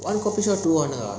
one coffee shop two hundred eh